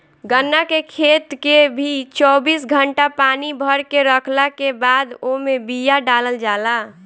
गन्ना के खेत के भी चौबीस घंटा पानी भरके रखला के बादे ओमे बिया डालल जाला